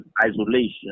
isolation